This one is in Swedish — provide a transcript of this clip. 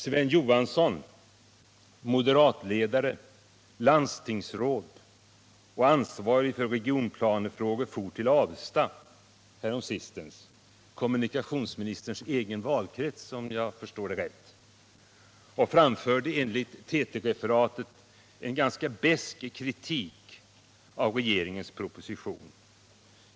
Sven Johansson, moderatledare, landstingsråd och ansvarig för regionplanefrågor, for till Avesta — kommunikationsministerns egen valkrets, — häromsistens och framförde enligt TT-referatet en ganska besk kritik av regeringens proposition.